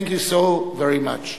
Thank you so very much.